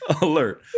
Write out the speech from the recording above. Alert